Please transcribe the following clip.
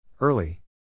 Early